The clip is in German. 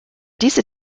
diese